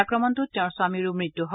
আক্ৰমণটোত তেওঁৰ স্বামীৰো মৃত্যু হয়